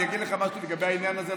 אני אגיד לך משהו לגבי העניין הזה.